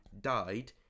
died